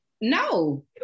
No